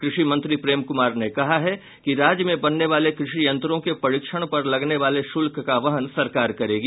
कृषि मंत्री प्रेम कुमार ने कहा है कि राज्य में बनने वाले कृषि यंत्रों के परीक्षण पर लगने वाले शुल्क का वहन सरकार करेगी